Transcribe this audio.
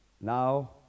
Now